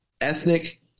ethnic